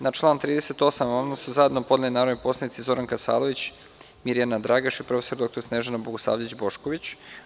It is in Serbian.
Na član 38. amandman su zajedno podneli narodni poslanici Zoran Kasalović, Mirjana Dragaš i prof. dr Snežana Bogosavljević Bošković.